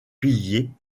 pillée